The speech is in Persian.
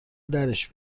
درش